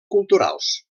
culturals